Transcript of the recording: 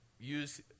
use